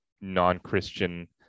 non-Christian